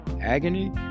agony